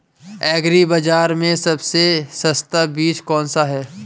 Agree बाज़ार में सबसे सस्ता बीज कौनसा है?